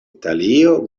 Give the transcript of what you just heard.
italio